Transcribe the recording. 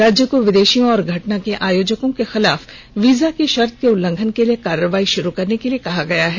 राज्य को विदेशियों और घटना के आयोजकों के खिलाफ वीजा की शर्त के उल्लंघन के लिए कार्रवाई शुरू करने के लिए कहा गया है